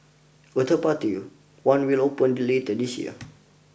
a third party one will open later this year